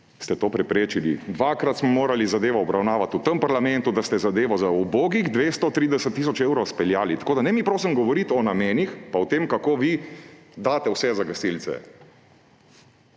ste to preprečili. Dvakrat smo morali zadevo obravnavati v tem parlamentu, da ste zadevo za ubogih 230 tisoč evrov izpeljali. Tako da ne mi, prosim, govoriti o namenih pa o tem, kako vi daste vse za gasilce,